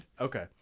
Okay